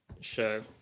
show